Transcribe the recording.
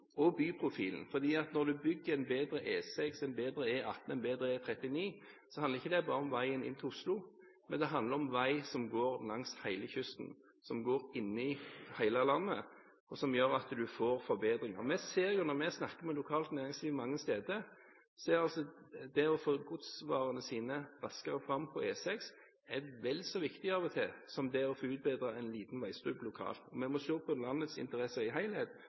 og byprofilen, for når man bygger en bedre E6, en bedre E18 og en bedre E39, handler ikke det bare om veien inn til Oslo, men det handler om vei som går langs hele kysten, som går i hele landet, og som gjør at man får forbedringer. Vi ser, når vi snakker med lokalt næringsliv mange steder, at det å få godsvarene sine raskere fram på E6, av og til er vel så viktig som å utbedre en liten veistubb lokalt. Vi må se på landets interesser i